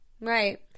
Right